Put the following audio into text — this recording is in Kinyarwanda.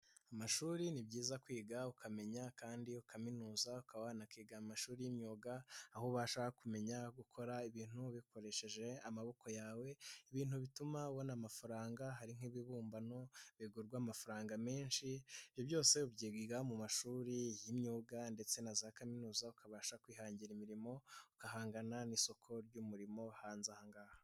Amashuri ni byiza kwiga ukamenya kandi ukaminuza ukaba wanakiga amashuri y'imyuga. Aho ubasha kumenya gukora ibintu ubikoresheje amaboko yawe. Ibintu bituma ubona amafaranga. Hari nk'ibibumbano bigurwa amafaranga menshi. Ibyo byose ubyiga mu mashuri y'imyuga ndetse na za kaminuza. Ukabasha kwihangira imirimo, ugahangana n'isoko ry'umurimo hanze aha ngaha.